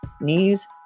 News